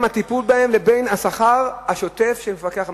הטיפול בהם לבין השכר השוטף של מפקח המס,